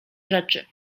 rzeczy